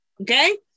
Okay